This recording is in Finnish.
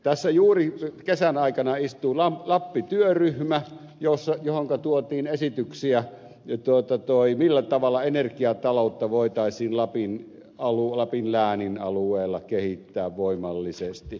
tässä kesän aikana istui lappi työryhmä johonka tuotiin esityksiä siitä millä tavalla energiataloutta voitaisiin lapin läänin alueella kehittää voimallisesti